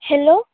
hello